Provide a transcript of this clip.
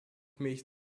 mich